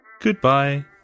Goodbye